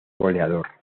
goleador